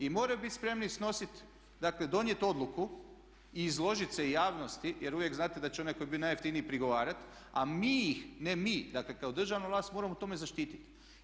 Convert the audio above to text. I moraju biti spremni snositi, dakle donijeti odluku i izložiti se javnosti, jer uvijek znate da će onaj koji je bio najjeftiniji prigovarati a mi ih, ne mi, dakle kao državna vlast moramo u tome zaštiti.